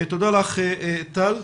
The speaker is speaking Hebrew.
תודה טל.